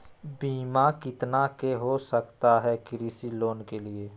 बीमा कितना के हो सकता है कृषि लोन के लिए?